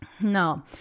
No